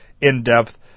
in-depth